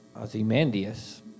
Ozymandias